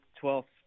twelfth